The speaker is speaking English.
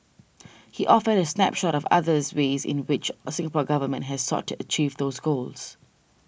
he offered a snapshot of others ways in which a Singapore Government has sought to achieve those goals